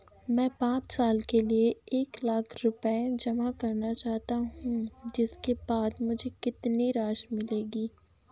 मैं पाँच साल के लिए एक लाख रूपए जमा करना चाहता हूँ इसके बाद मुझे कितनी राशि मिलेगी?